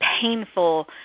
Painful